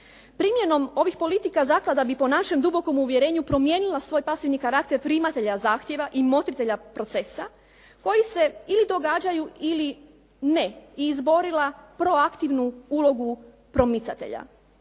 Primjenom ovih politika zaklada bi po našem dubokom uvjerenju promijenila svoj pasivni karakter primatelja zahtjeva i motritelja procesa koji se ili događaju ili ne i izborila proaktivnu ulogu promicatelja.